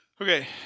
Okay